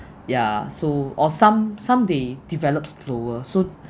ya so or some some they develop slower so